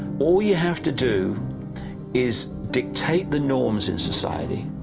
all you have to do is dictate the norms in society,